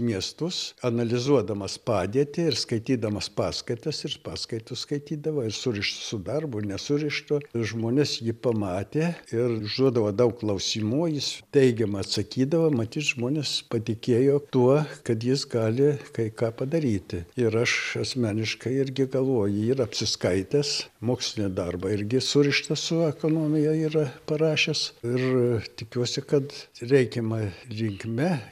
miestus analizuodamas padėtį ir skaitydamas paskaitas ir paskaitas skaitydavo ir suriš su darbu nesurištu žmonės jį pamatė ir užduodavo daug klausimų jis teigiamai atsakydavo matyt žmonės patikėjo tuo kad jis gali kai ką padaryti ir aš asmeniškai irgi galvuoju yr apsiskaitęs mokslinį darbą irgi surištą su ekonomija yra parašęs ir tikiuosi kad reikiama linkme